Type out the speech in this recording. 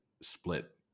split